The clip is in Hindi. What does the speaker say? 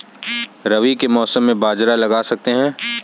रवि के मौसम में बाजरा लगा सकते हैं?